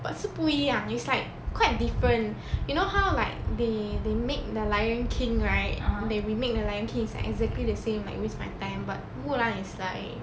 but 是不一样 it's like quite different you know how like they they make the lion king right they make the lion king is like exactly the same like waste my time but mulan is like